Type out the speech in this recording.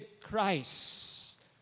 Christ